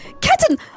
Captain